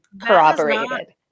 corroborated